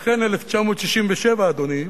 לכן, 1967, אדוני,